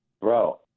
Bro